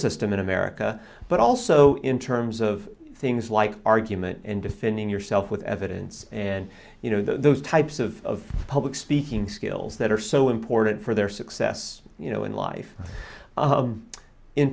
system in america but also in terms of things like argument and defending yourself with evidence and you know those types of public speaking skills that are so important for their success you know in life